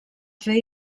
fer